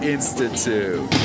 Institute